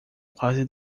quase